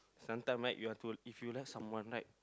some time right you have to if you like someone like